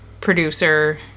producer